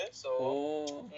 oh